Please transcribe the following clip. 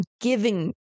giving